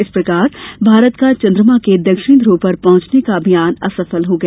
इस प्रकार भारत का चंद्रमा के दक्षिणी ध्रव पर पहुंचने का अभियान असफल हो गया